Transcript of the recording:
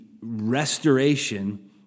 restoration